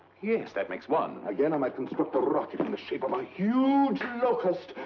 yes, that makes one. again, i might construct a rocket in the shape of a huge locust,